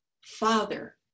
Father